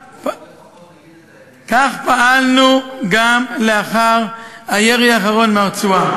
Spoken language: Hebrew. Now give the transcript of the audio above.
כך פעלנו גם לאחר הירי האחרון מהרצועה.